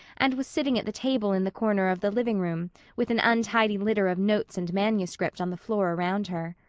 and was sitting at the table in the corner of the living-room with an untidy litter of notes and manuscript on the floor around her.